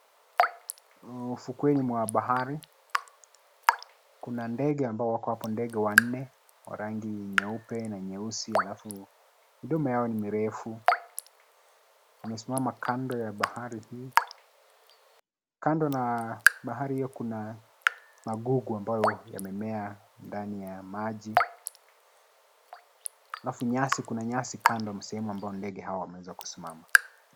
Ufukoni mwa bahari kuna ndege ambao wako hapo. Ndege wanne wa rangi nyeupe na nyeusi alafu midomo yao ni mirefu. Wamesimama kando ya bahari hii. Kando na bahari hiyo kuna magugu ambayo yamemea ndani ya maji. Alafu nyasi, kuna nyasi kando msehemu ambao ndege hawa wamesimama.